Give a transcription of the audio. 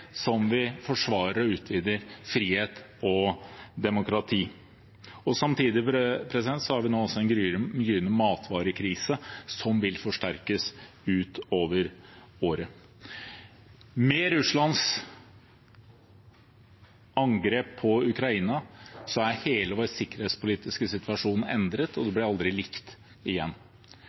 som vi forsvarer og utvider frihet og demokrati. Samtidig har vi nå en begynnende matvarekrise som vil forsterkes ut over året. Med Russlands angrep på Ukraina er hele vår sikkerhetspolitiske situasjon endret, og det blir aldri likt igjen.